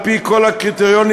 על-פי כל הקריטריונים,